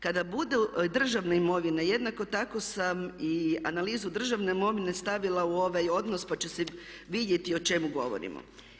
Kada bude državna imovina jednako tako sam i analizu državne imovine stavila u ovaj odnos pa će se vidjeti o čemu govorimo.